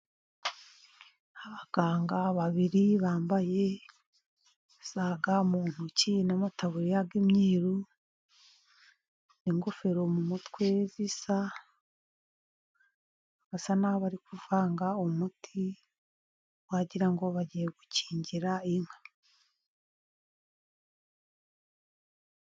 Abaganga babiri bambaye za ga mu ntoki n'amutaburiya y'imyeru n'ingofero mu mutwe zisa, basa n'aho bari kuvanga umuti, wagira ngo bagiye gukingira inka.